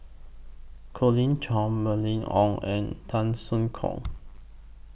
Colin Cheong Mylene Ong and Tan Soo Khoon